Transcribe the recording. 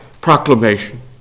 proclamation